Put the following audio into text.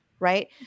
right